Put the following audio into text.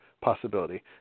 possibility